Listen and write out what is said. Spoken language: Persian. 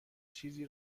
چیزی